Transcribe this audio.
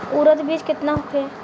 उरद बीज दर केतना होखे?